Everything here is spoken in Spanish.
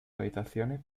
habitaciones